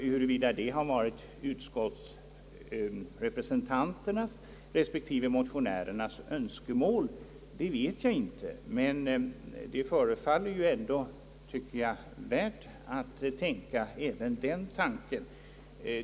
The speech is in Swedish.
Huruvida detta har varit utskottsrepresentanternas respektive motionärernas önskemål vet jag inte, men det förefaller ändå värt att tänka även på den saken.